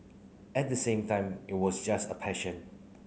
at the same time it was just a passion